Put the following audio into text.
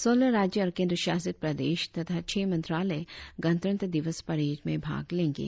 सोलह राज्य और केंद्रशासित प्रदेश तथा छह मंत्रालय गणतंत्र दिवस परेड में भाग लेंगे